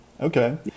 Okay